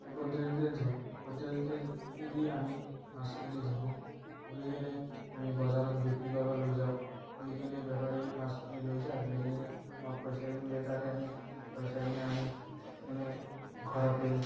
এই পদ্ধতি পদ্ধতিটোৱেদি আমি মাছখিনি ধৰো ধৰিকেনে আমি বজাৰত বিক্ৰী কৰবা লৈ যাওঁ লৈকেনে বেপাৰীয়ে মাছখিনি লৈ যায় লৈকেনে আমাক পইচাখিনি দেই তাৰে আমি পইচাখিনি আনিকেনে ঘৰতে